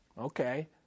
Okay